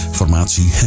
formatie